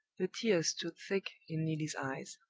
the tears stood thick in neelie's eyes.